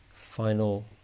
final